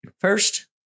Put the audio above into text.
first